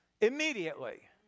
immediately